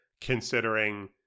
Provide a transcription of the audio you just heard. considering